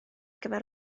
gyfer